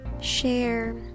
share